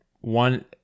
one